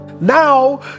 now